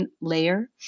layer